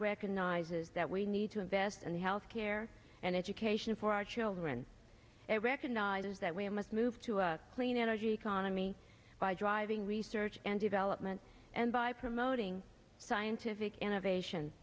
recognizes that we need to invest in health care and education for our children it recognizes that we must move to a clean energy economy by driving research and development and by promoting scientific innovation